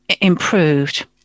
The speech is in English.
improved